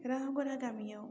रांमरा गामियाव